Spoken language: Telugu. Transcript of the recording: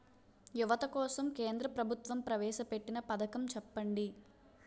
యువత కోసం కేంద్ర ప్రభుత్వం ప్రవేశ పెట్టిన పథకం చెప్పండి?